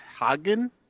Hagen